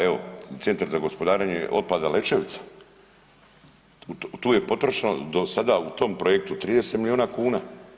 Evo Centar za gospodarenje otpada Lečevica, tu je potrošeno do sada u tom projektu 30 milijuna kuna.